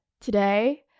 today